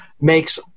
makes